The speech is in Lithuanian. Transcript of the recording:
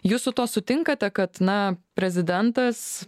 jūs su tuo sutinkate kad na prezidentas